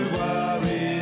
worry